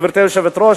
גברתי היושבת-ראש,